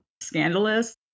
scandalous